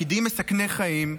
בתפקידים מסכני חיים,